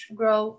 grow